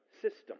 system